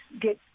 get